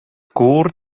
gŵr